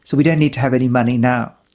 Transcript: so we don't need to have any money now.